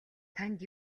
танд